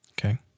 Okay